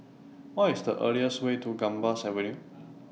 What IS The easiest Way to Gambas Avenue